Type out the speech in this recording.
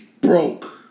broke